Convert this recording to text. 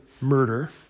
murder